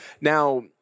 Now